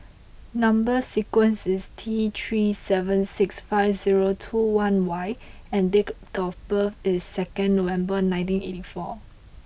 number sequence is T three seven six five zero two one Y and date of birth is second November nineteen eighty four